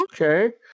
okay